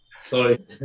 sorry